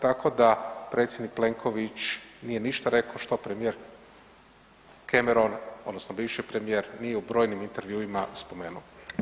Tako da predsjednik Plenković nije ništa rekao što premijer Cameron odnosno bivši premijer nije u brojnim intervjuima spomenuo.